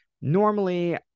Normally